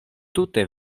tute